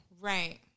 Right